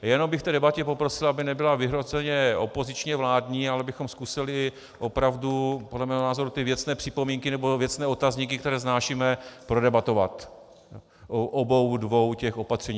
Jenom bych v té debatě poprosil, aby nebyla vyhroceně opozičně vládní, ale abychom zkusili opravdu podle mého názoru ty věcné připomínky nebo věcné otazníky, které vznášíme, prodebatovat u obou dvou těch opatření.